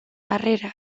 harrera